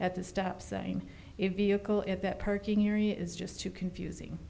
at the stop sign if vehicle at that parking area is just too confusing